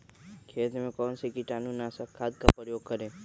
खेत में कौन से कीटाणु नाशक खाद का प्रयोग करें?